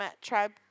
Tribe